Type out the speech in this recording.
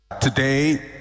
Today